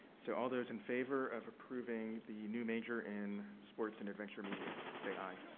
so, all those in favor of approving the new major in sports and adventure media, say, aye.